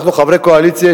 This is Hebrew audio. אנחנו חברי הקואליציה,